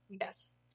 yes